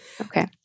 Okay